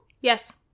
Yes